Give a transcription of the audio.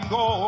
go